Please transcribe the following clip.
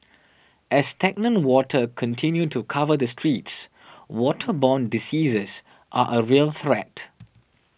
as stagnant water continue to cover the streets waterborne diseases are a real threat